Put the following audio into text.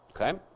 Okay